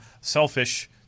selfish